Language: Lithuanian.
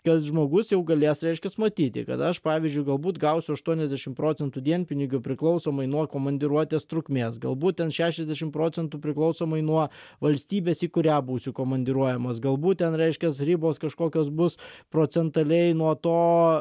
kad žmogus jau galės reiškias matyti kad aš pavyzdžiui galbūt gausiu aštuoniasdešim procentų dienpinigių priklausomai nuo komandiruotės trukmės galbūt ten šešiasdešim procentų priklausomai nuo valstybės į kurią būsiu komandiruojamas galbūt ten reiškias ribos kažkokios bus procentaliai nuo to